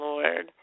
Lord